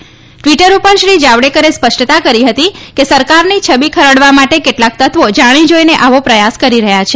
ે તેટ્વટર પર શ્રી જાવડેકરે સ્પષ્ટતા કરી હતી કે સરકારની છબી ખરડવા માટે કેટલાક તત્વો જાણી જાઇને આવો પ્રથાસ કરી રહ્યા છે